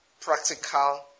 practical